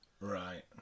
Right